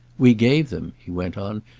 we gave them, he went on,